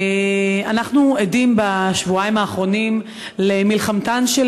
אנחנו עדים בשבועיים האחרונים למלחמתן של